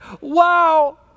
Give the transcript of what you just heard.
wow